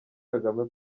kagame